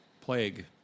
plague